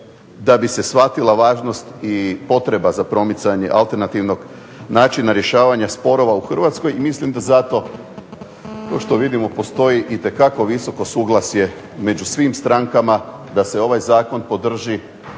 da bi se shvatila važnost i potreba za promicanje alternativnog načina rješavanja sporova u Hrvatskoj. I mislim da za to kao što vidimo postoji itekako visoko suglasje među svim strankama da se ovaj Zakon podrži